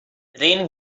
rain